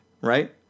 right